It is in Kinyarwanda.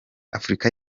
afurika